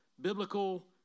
biblical